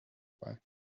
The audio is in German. bei